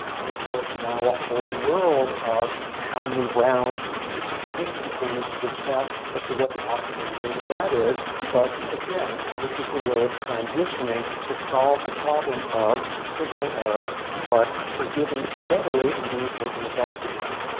and of course, now, a whole world of how many rounds do you need to do this before you switch that as to what the optimal deal with that is. but again, this is a way of transitioning to solve the problem of signal error, but forgiving too readily and being taken advantage of.